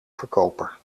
verkoper